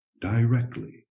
directly